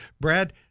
Brad